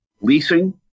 Leasing